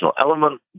element